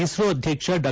ಇಸ್ತೋ ಅಧ್ಯಕ್ಷ ಡಾ